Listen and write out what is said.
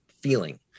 Feeling